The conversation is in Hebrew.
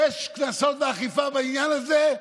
יש קנסות ואכיפה בעניין הזה,